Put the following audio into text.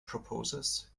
proposes